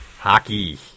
Hockey